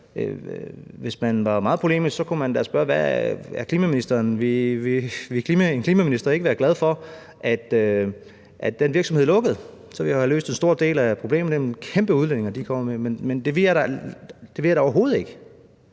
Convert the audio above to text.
Hvis man var meget polemisk, kunne man da spørge, om jeg som klimaminister ikke ville være glad for, at den virksomhed lukkede. Så ville jeg jo have løst en stor del af problemet – det er kæmpe udledninger, de kommer med – men det ville jeg da overhovedet ikke.